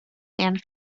and